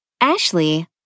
Ashley